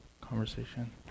conversation